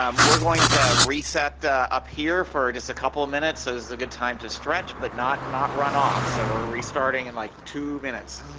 um we're going to reset up here for just a couple of minutes as a good time to stretch but not not run off so we are restarting in like two minutes.